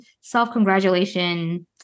self-congratulation